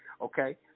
Okay